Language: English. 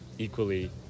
equally